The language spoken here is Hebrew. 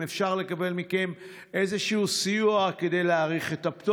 אפשר לקבל מכם איזשהו סיוע כדי להאריך את הפטור,